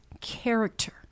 character